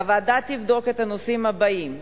הוועדה תבדוק את הנושאים הבאים: